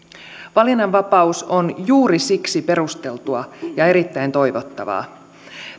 valinnanvapaus on juuri siksi perusteltua ja erittäin toivottavaa